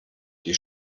die